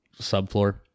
subfloor